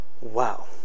Wow